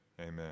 Amen